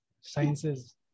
sciences